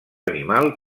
animal